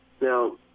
Now